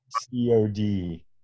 COD